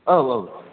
औ औ